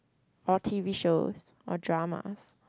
or t_v shows or dramas